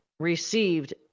received